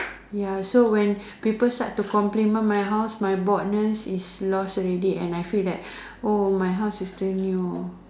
ya so when people start to complain my my house my boredness is lost already and I feel that all my house is still new